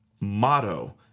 motto